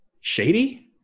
Shady